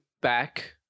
back